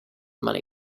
money